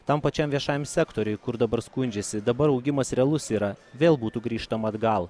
tam pačiam viešajam sektoriui kur dabar skundžiasi dabar augimas realus yra vėl būtų grįžtama atgal